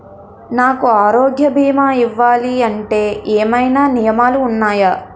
నాకు ఆరోగ్య భీమా ఇవ్వాలంటే ఏమైనా నియమాలు వున్నాయా?